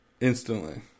instantly